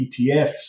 ETFs